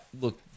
look